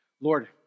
Lord